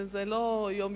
וזה לא יום-יומיים,